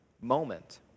moment